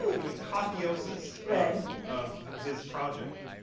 the apotheosis of his project.